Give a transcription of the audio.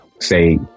say